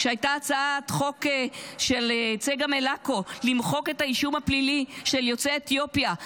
כשהייתה הצעת חוק של צגה מלקו למחוק את האישום הפלילי של יוצאי אתיופיה,